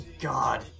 god